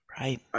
right